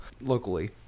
locally